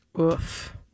Oof